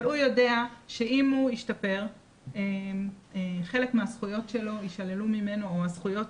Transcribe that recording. אבל הוא יודע שאם הוא ישתפר חלק מהזכויות שלו יישללו ממנו או הזכויות